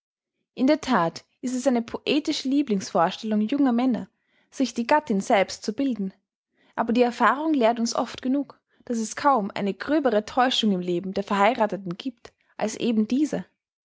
in der that ist es eine poetische lieblingsvorstellung junger männer sich die gattin selbst zu bilden aber die erfahrung lehrt uns oft genug daß es kaum eine gröbere täuschung im leben der verheiratheten gibt als eben diese